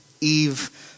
Eve